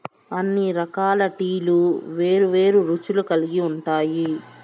అన్ని రకాల టీలు వేరు వేరు రుచులు కల్గి ఉంటాయి